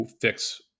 fix